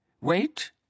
Wait